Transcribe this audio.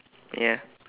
ya